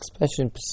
expression